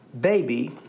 baby